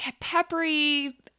peppery